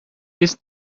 its